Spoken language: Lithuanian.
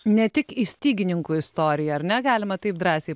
ne tik į stygininkų istoriją ar ne galima taip drąsiai